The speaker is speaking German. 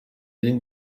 den